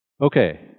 Okay